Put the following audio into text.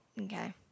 Okay